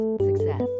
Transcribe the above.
success